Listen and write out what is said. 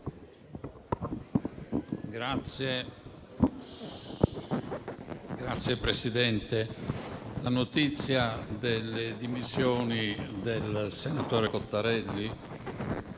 Signora Presidente, la notizia delle dimissioni del senatore Cottarelli,